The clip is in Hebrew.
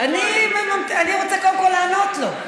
אני רוצה קודם כול לענות לו.